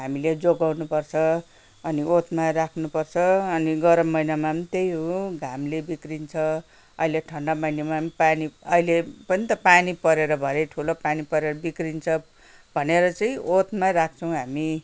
हामीले जोगाउनु पर्छ अनि ओतमा राख्नुपर्छ अनि गरम महिनामा पनि त्यही हो घामले बिग्रन्छ अहिले ठन्डा महिनामा पनि पानी अहिले पनि त पानी परेर भरे ठुलो पानी परेर बिग्रन्छ भनेर चाहिँ ओतमा राख्छौँ हामी